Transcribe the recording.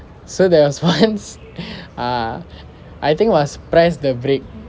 so there was once err I think was press the brake